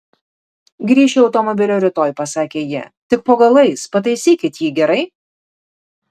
grįšiu automobilio rytoj pasakė ji tik po galais pataisykit jį gerai